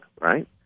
right